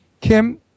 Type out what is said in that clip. Kim